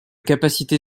capacité